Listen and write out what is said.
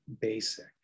basic